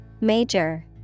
Major